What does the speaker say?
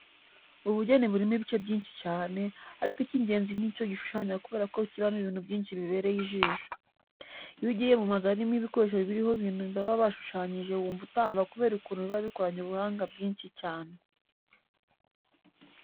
Ubugeni burimo ibice byinshi cyane, ariko icy'ingenzi ni icyo gushushanya kubera ko kibamo ibintu byinshi bibereye ijisho. Iyo ugiye mu mazu arimo ibikoresho biriho abintu baba bashushanyije wumva utahava kubera ukuntu biba bikoranye ubuhanga bwinshi cyane.